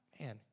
man